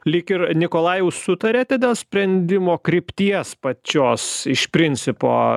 lyg ir nikolajau sutarėte dėl sprendimo krypties pačios iš principo